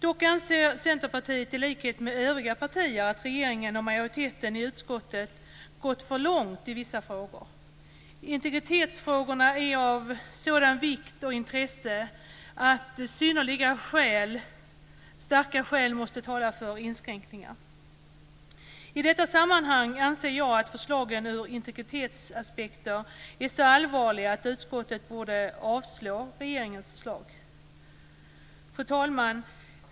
Dock anser Centerpartiet i likhet med övriga partier att regeringen och majoriteten i utskottet gått för långt i vissa frågor. Integritetsfrågorna är av sådan vikt och sådant intresse att synnerligen starka skäl måste tala för inskränkningar. I detta sammanhang anser jag att förslagen ur integritetsaspekt är så allvarliga att utskottet borde avslå regeringens förslag. Fru talman!